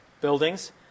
buildings